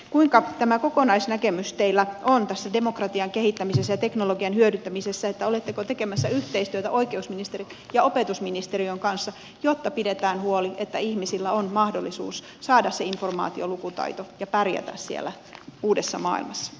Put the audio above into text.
kuinka tämä kokonaisnäkemys teillä on tässä demokratian kehittämisessä ja teknologian hyödyntämisessä oletteko tekemässä yhteistyötä oikeusministeriön ja opetusministeriön kanssa jotta pidetään huoli että ihmisillä on mahdollisuus saada se informaatiolukutaito ja pärjätä siellä uudessa maailmassa